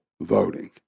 voting